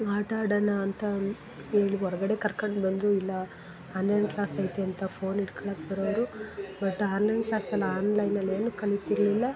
ಆಟ ಆಡೋಣ ಅಂತ ಹೇಳಿ ಹೊರ್ಗಡೆ ಕರ್ಕಂಡು ಬಂದರೂ ಇಲ್ಲ ಆನ್ಲೈನ್ ಕ್ಲಾಸ್ ಐತೆ ಅಂತ ಫೋನ್ ಇಟ್ಕಳಕ್ಕೆ ಬರೋವರು ಬಟ್ ಆನ್ಲೈನ್ ಕ್ಲಾಸಲ್ಲಿ ಆನ್ಲೈನಲ್ಲಿ ಏನೂ ಕಲೀತಿರ್ಲಿಲ್ಲ